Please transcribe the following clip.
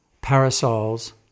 parasols